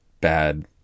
bad